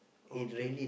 okay